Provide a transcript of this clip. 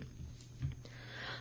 मौसम